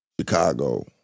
Chicago